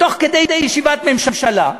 תוך כדי ישיבת ממשלה,